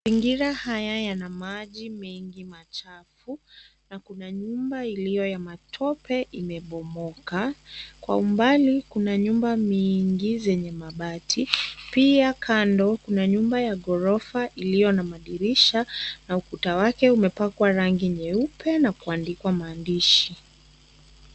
Mazingira haya yana maji mengi machafu, na kuna nyumba iliyo ya matope, imebomoka. Kwa umbali kuna nyumba mingi zenye mabati. Pia kando kuna nyumba ya ghorofa iliyo na madirisha na ukuta wake umepakwa rangi nyeupe na kuandikwa maandishi.